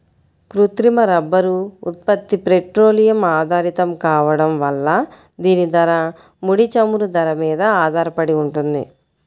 కృత్రిమ రబ్బరు ఉత్పత్తి పెట్రోలియం ఆధారితం కావడం వల్ల దీని ధర, ముడి చమురు ధర మీద ఆధారపడి ఉంటుంది